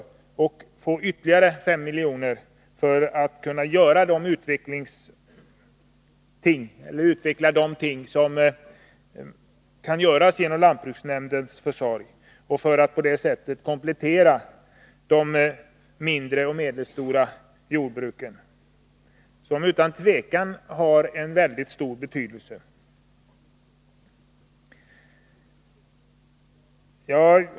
Därför vill vi anslå ytterligare 5 miljoner för att man genom lantbruksnämndens försorg skall kunna göra de nödvändiga satsningarna för att komplettera de mindre och medelstora jordbruken, som utan tvivel har en mycket stor betydelse.